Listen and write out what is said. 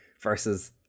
versus